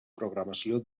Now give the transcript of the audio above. programació